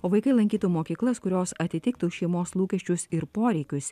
o vaikai lankytų mokyklas kurios atitiktų šeimos lūkesčius ir poreikius